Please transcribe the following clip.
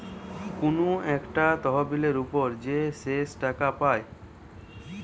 কুনু একটা তহবিলের উপর যে শেষ টাকা পায়